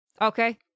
Okay